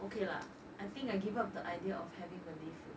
okay lah I think I give up the idea of having malay food